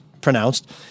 pronounced